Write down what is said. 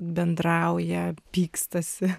bendrauja pykstasi